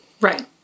Right